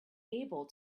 able